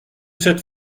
cette